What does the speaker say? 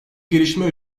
gelişme